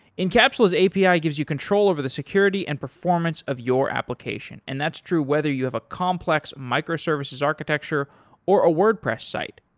incapsula's api ah gives you control over the security and performance of your application and that's true whether you have a complex micro-services architecture or a wordpress site,